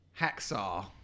Hacksaw